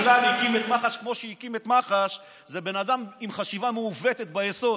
בכלל הקים את מח"ש כמו שהקים את מח"ש זה בן אדם עם חשיבה מעוותת ביסוד.